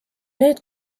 nüüd